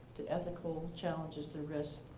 the ethical challenges, the risks